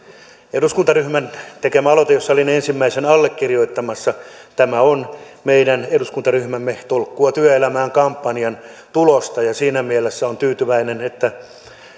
eduskuntaryhmän tekemä aloite jossa olin ensimmäisenä allekirjoittamassa tämä on meidän eduskuntaryhmämme tolkkua työelämään kampanjan tulosta ja siinä mielessä olen tyytyväinen että